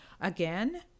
Again